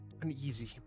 uneasy